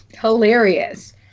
hilarious